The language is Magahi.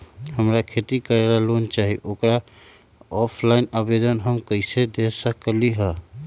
हमरा खेती करेला लोन चाहि ओकर ऑफलाइन आवेदन हम कईसे दे सकलि ह?